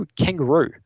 kangaroo